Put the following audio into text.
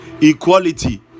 equality